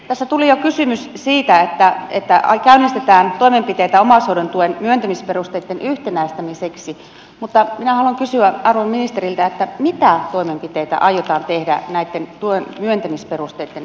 tässä tuli jo kysymys siitä että käynnistetään toimenpiteitä omaishoidon tuen myöntämisperusteitten yhtenäistämiseksi mutta minä haluan kysyä arvon ministeriltä mitä toimenpiteitä aiotaan tehdä tuen myöntämisperusteitten yhtenäistämiseksi